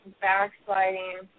backsliding